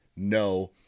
No